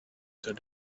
said